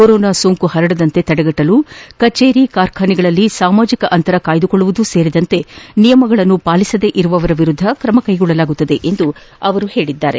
corona ಸೋಂಕು ಪರಡದಂತೆ ತಡೆಗಟ್ಟಲು ಕಚೇರಿ ಕಾರ್ಖಾನೆಗಳಲ್ಲಿ ಸಾಮಾಜಿಕ ಅಂತರ ಕಾಯ್ದುಕೊಳ್ಳುವುದು ಸೇರಿದಂತೆ ನಿಯಮಗಳನ್ನು ಪಾಲಿಸದೇ ಇರುವವರ ವಿರುದ್ದ ಕ್ರಮ ಕೈಗೊಳ್ಳಲಾಗುವುದು ಎಂದು ಅವರು ಹೇಳಿದ್ದಾರೆ